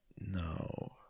No